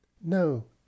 no